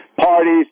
parties